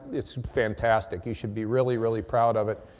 it's fantastic. you should be really, really proud of it.